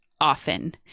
often